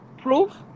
proof